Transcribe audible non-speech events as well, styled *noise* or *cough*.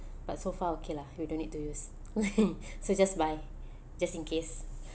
but so far okay lah we don't need to use *laughs* so just buy just in case